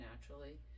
naturally